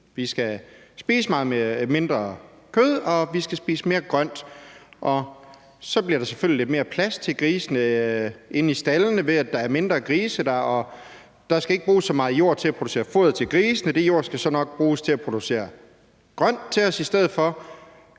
vi skal spise mere grønt. Så bliver der selvfølgelig lidt mere plads til grisene inde i staldene, ved at der er færre grise der og der skal ikke bruge så meget jord til at producere foder til grisene. Det jord skal så nok bruges til at producere grønt til os i stedet for.